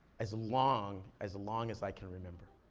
as long, as long as i can remember.